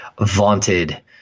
vaunted –